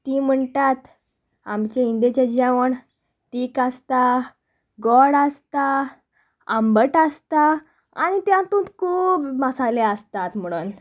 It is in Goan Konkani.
तीं म्हणटात आमचें इंंडियेचें जेवण तीख आसता गोड आसता आंबट आसता आनी तातूंत खूब मसाले आसतात म्हणोन